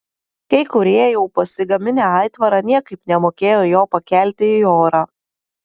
kai kurie jau pasigaminę aitvarą niekaip nemokėjo jo pakelti į orą